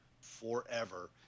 forever